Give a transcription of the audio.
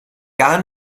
gar